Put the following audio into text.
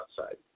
outside